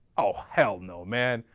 oh, hell no, man.